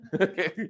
Okay